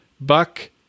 Buck